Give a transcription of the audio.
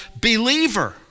believer